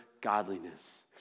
godliness